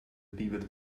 pivot